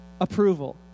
approval